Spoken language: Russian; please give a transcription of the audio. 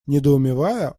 недоумевая